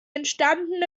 entstanden